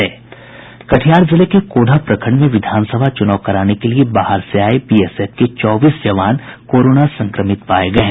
कटिहार जिले के कोढ़ा प्रखंड में विधानसभा चूनाव कराने के लिए बाहर से आए बीएसएफ के चौबीस जवान कोरोना संक्रमित पाए गए है